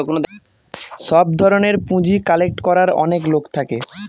সব ধরনের পুঁজি কালেক্ট করার অনেক লোক থাকে